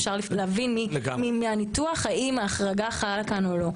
אפשר להבין מהניתוח האם ההחרגה חלה פה או לא.